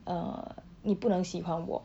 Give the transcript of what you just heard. err 你不能喜欢我